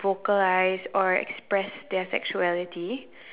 vocalize or express their sexuality